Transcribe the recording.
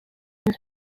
was